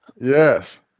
Yes